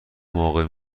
موقع